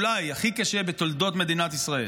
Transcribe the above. אולי הכי קשה בתולדות מדינת ישראל.